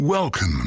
Welcome